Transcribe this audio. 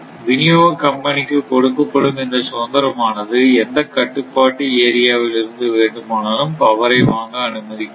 விநியோக கம்பெனிக்கு கொடுக்கப்படும் இந்த சுதந்திரமானது எந்த கட்டுப்பாட்டு ஏரியாவில் இருந்து வேண்டுமானாலும் பவரை வாங்க அனுமதிக்கிறது